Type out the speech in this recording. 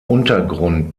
untergrund